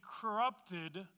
corrupted